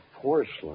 porcelain